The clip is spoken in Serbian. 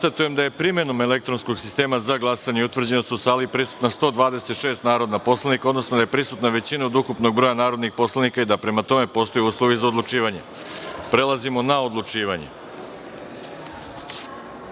da je primenom elektronskog sistema za glasanje je utvrđeno da su u sali prisutna 126 narodna poslanika, odnosno da je prisutna većina od ukupnog broja narodnih poslanika i da prema tome postoje uslovi za odlučivanje. Prelazimo na odlučivanje. Pošto